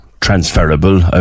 transferable